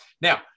Now